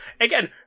again